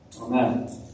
Amen